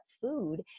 food